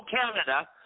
Canada